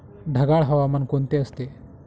ढगाळ हवामान कोणते असते?